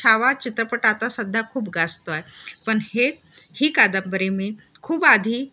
छावा चित्रपट आता सध्या खूप गाजतोय पण हे ही कादंबरी मी खूप आधी